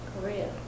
Korea